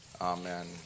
Amen